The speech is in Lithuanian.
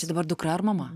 čia dabar dukra ar mama